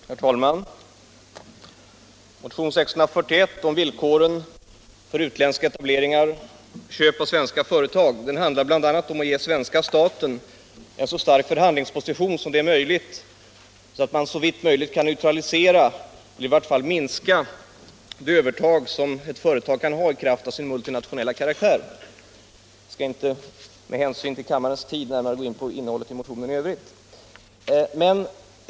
Herr talman! Motionen 641 om villkoren för utländska etableringar och köp av svenska företag handlar bl.a. om att ge svenska staten en så stark förhandlingsposition att man, såvitt möjligt, kan neutralisera eller i vart fall minska det övertag som ett företag kan ha i kraft av sin multinationella karaktär. Med hänsyn till kammarens tid skall jag inte närmare gå in på motionen i övrigt.